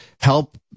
help